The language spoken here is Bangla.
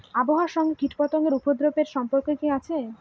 আবহাওয়ার সঙ্গে কীটপতঙ্গের উপদ্রব এর সম্পর্ক কি আছে?